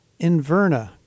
Inverna